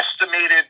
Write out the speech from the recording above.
estimated